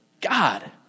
God